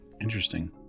Interesting